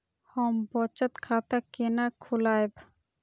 हम बचत खाता केना खोलैब?